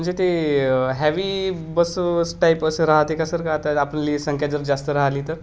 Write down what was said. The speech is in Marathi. म्हणजे ते हॅवी बस टाईप असं राहते का सर का आता आपली संख्या जर जास्त राहीली तर